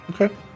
Okay